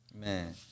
Man